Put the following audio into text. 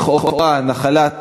לכאורה, נחלת